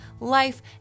life